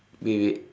wait wait